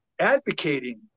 advocating